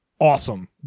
awesome